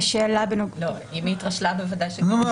אם היא התרשלה, בוודאי שכן.